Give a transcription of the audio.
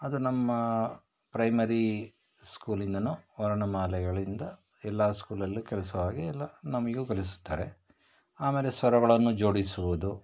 ಅದು ನಮ್ಮ ಪ್ರೈಮರಿ ಸ್ಕೂಲಿಂದನೂ ವರ್ಣಮಾಲೆಗಳಿಂದ ಎಲ್ಲ ಸ್ಕೂಲಲ್ಲೂ ಕಲಿಸೋ ಹಾಗೆ ಎಲ್ಲ ನಮಗೂ ಕಲಿಸುತ್ತಾರೆ ಆಮೇಲೆ ಸ್ವರಗಳನ್ನು ಜೋಡಿಸುವುದು